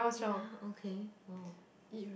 ya okay !wow!